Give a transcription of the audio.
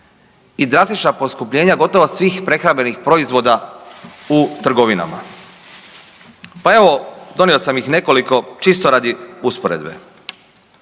i drastična poskupljenja gotovo svih prehrambenih proizvoda u trgovinama. Pa evo donio sam ih nekoliko čisto radi usporedbe.